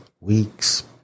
weeks